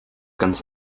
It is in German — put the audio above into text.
ganz